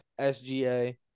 SGA